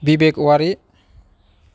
बिबेक औवारि